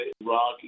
Iraq